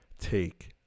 take